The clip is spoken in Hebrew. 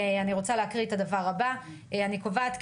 אני רוצה להקריא את הדבר הבא: "אני קובעת,